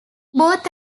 both